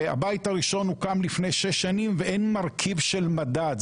והבית הראשון הוקם לפני שש שנים ואין מרכיב של מדד.